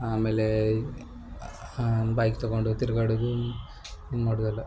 ಆಮೇಲೆ ಬೈಕ್ ತಗೊಂಡು ತಿರ್ಗಾಡೋದು ಇನ್ಮಾಡುದಲ್ಲ